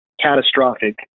catastrophic